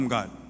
God